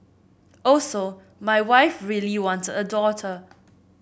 also my wife really wanted a daughter